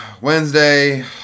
Wednesday